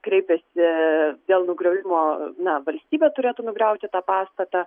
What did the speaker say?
kreipėsi dėl nugriovimo na valstybė turėtų nugriauti tą pastatą